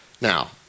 Now